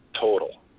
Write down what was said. total